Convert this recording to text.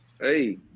hey